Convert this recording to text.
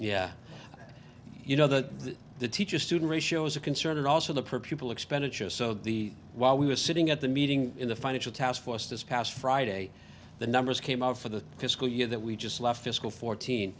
yeah you know the the teacher student ratio is a concern and also the per pupil expenditure so the while we were sitting at the meeting in the financial task force this past friday the numbers came out for the fiscal year that we just left fiscal fourteen